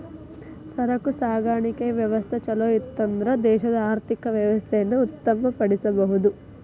ಸರಕು ಸಾಗಾಣಿಕೆಯ ವ್ಯವಸ್ಥಾ ಛಲೋಇತ್ತನ್ದ್ರ ದೇಶದ ಆರ್ಥಿಕ ವ್ಯವಸ್ಥೆಯನ್ನ ಉತ್ತಮ ಪಡಿಸಬಹುದು